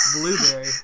Blueberry